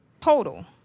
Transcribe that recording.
total